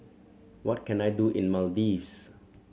what can I do in Maldives